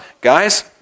guys